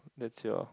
that's your